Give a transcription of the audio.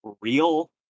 real